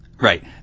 right